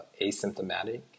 asymptomatic